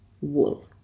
wool